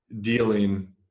dealing